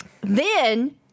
Then-